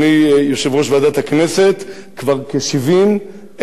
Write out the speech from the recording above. כבר כ-70,000 מסתננים שחיים היום,